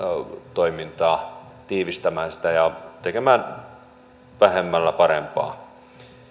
toimintaa tiivistämään sitä ja tekemään vähemmällä parempaa